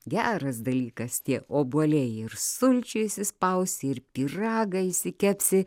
geras dalykas tie obuoliai ir sulčių išspausi ir pyragą išsikepsi